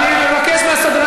שנייה לפני סיום